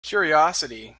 curiosity